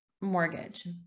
mortgage